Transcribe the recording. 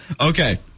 Okay